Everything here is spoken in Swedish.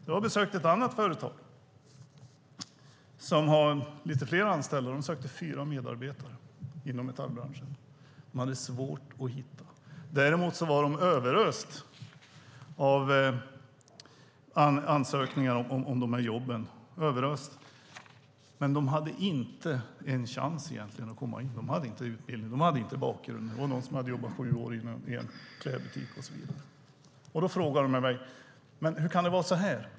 Jag har besökt ett annat företag som har lite fler anställda. De sökte fyra medarbetare inom metallbranschen. De hade svårt att hitta någon. Däremot var de överösta av ansökningar om jobben. Men de som sökte hade inte en chans att komma in. De hade inte rätt utbildning och bakgrund. Det fanns någon som hade jobbat sju år i en klädbutik, och så vidare. De frågade mig: Hur kan det vara så här?